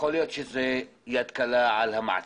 יכול להיות שזה בגלל היד הקלה במעצר,